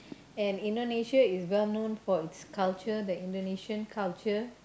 and Indonesia is well known for its culture the Indonesian culture